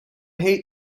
hate